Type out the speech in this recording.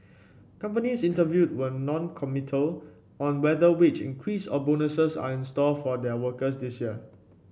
companies interviewed were noncommittal on whether wage increases or bonuses are in store for their workers this year